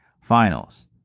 Finals